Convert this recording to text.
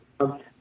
Okay